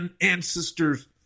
ancestors